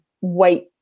white